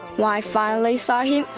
when i finally saw him,